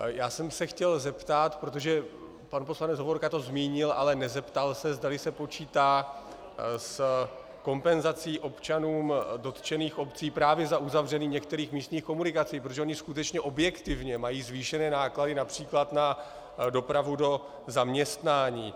Já jsem se chtěl zeptat pan poslanec Hovorka to zmínil, ale nezeptal se zdali se počítá s kompenzací občanům dotčených obcí právě za uzavření některých místních komunikací, protože oni skutečně objektivně mají zvýšené náklady například na dopravu do zaměstnání.